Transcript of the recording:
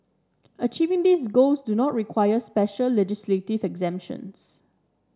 achieving these goals do not require special legislative exemptions